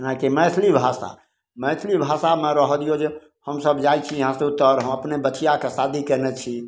अहाँके मैथिली भाषा मैथिली भाषामे रहऽ दियौ जे हमसब जाइ छी इहाँसँ उत्तर हम अपने बचिआके शादी कयने छी